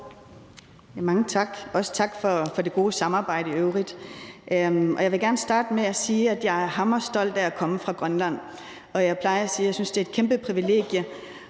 Mange tak, og også tak for det gode samarbejde i øvrigt. Jeg vil gerne starte med at sige, at jeg er hammer stolt af at komme fra Grønland. Og jeg plejer at sige, at jeg synes, det er et kæmpe privilegium